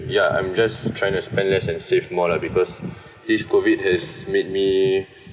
ya I'm just trying to spend less and save more lah because this COVID has made me